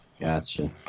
Gotcha